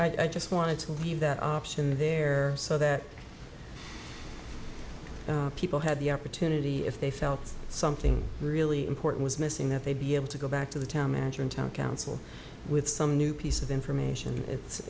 i just wanted to leave that option there so that people had the opportunity if they felt something really important was missing that they'd be able to go back to the town manager in town council with some new piece of information it's